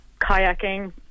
kayaking